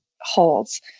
holds